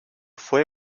fue